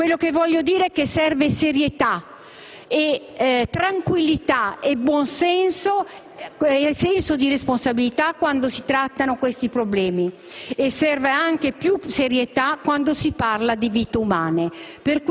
Quello che voglio dire è che serve serietà, tranquillità, buon senso e senso di responsabilità quando si trattano questi problemi, e serve anche più serietà quando si parla di vite umane.